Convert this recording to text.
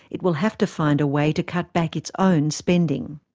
it will have to find a way to cut back its own spending.